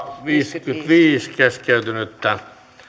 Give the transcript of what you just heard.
viisikymmentäviisi keskeytettyä